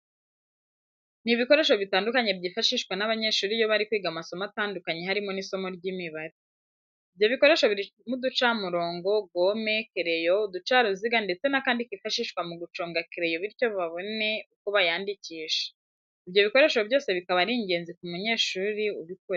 Ni ibikoresho bitandukanye byifashishwa n'abanyeshuri iyo bari kwiga amasomo atandukanye harimo n'isimo ry'Imibare. ibyo bikoresho birimo uducamirongo, gome, kereyo, uducaruziga ndetse n'akandi kifashishwa mu guconga kereyo bityo babone uko bayandikisha. Ibyo bikoresho byose bikaba ari ingenzi ku munyeshuri ubukoresha.